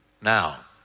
Now